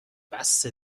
بسه